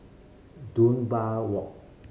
Dunbar Walk